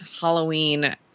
Halloween